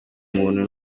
umuntu